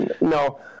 no